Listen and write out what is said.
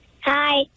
Hi